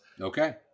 Okay